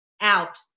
out